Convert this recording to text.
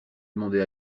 demander